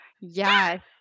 Yes